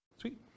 Sweet